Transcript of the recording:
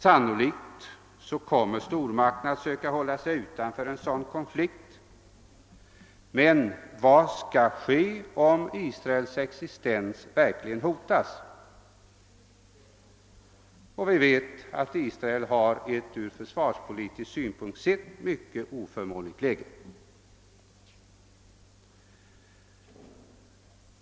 Sannolikt kommer stormakterna att försöka hålla sig utanför en sådan konflikt, men vad skall ske om Israels existens verkligen hotas? Vi vet att Israel har ett från försvarspolitisk synpunkt mycket oförmånligt läge.